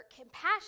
compassion